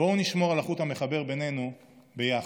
בואו נשמור על החוט המחבר בינינו ביחד.